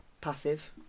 passive